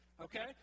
okay